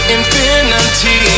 Infinity